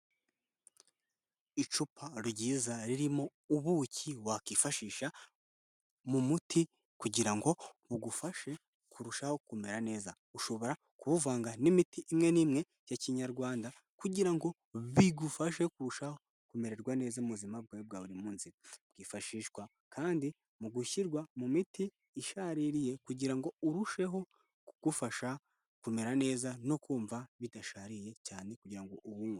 Icupa ryiza ririmo ubuki wakwifashisha mu muti kugira ngo bugufashe kurushaho kumera neza ushobora kubuvanga n'imiti imwe n'imwe ya kinyarwanda kugira ngo bigufashe kurushaho kumererwa neza buzima bwawe bwa buri munsi bwifashishwa kandi mu gushyirwa mu miti ishaririye kugirango ngo urusheho kugufasha kumera neza no kumva bidashariye cyane kugirango ubunywe.